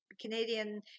Canadian